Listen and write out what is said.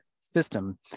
system